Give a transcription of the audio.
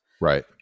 Right